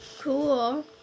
Cool